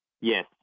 Yes